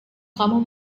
kamu